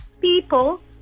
people